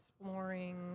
exploring